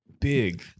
big